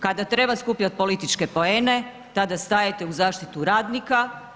Kada treba skupljati političke poene, tada stajete u zaštitu radnika.